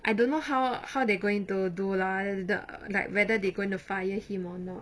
I don't know how how they going to do lah the like whether they going to fire him or not